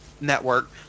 network